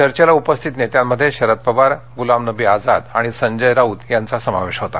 चर्चेला उपस्थित नेत्यांमध्ये शरद पवार गुलाम नबी आझाद आणि संजय राऊत यांचा समावेश होता